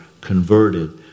converted